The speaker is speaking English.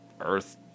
Earth